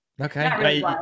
okay